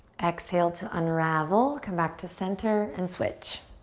exhale to unravel. come back to center and switch.